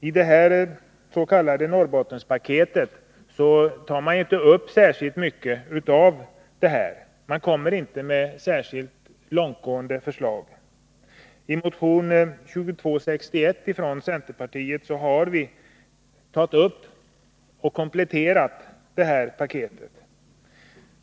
I det s.k. Norrbottenpaketet lägger regeringen inte fram särskilt långtgående förslag. I motion 2261 har centerpartiet därför föreslagit åtgärder för att komplettera paketet.